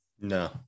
No